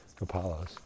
Apollos